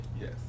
yes